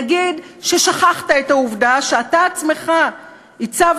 נגיד ששכחת את העובדה שאתה עצמך הצבת